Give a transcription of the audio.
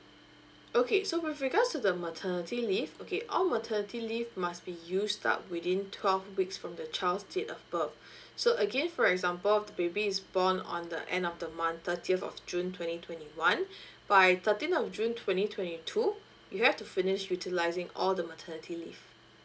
okay so with regards to the maternity leave okay all maternity leave must be used up within twelve weeks from the child's date of birth so again for example of the baby is born on the end of the month thirtieth of june twenty twenty one by thirteen of june twenty twenty two you have to finish utilizing all the maternity leave